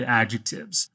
adjectives